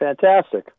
Fantastic